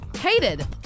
hated